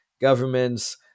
governments